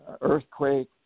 earthquake